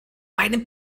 meinem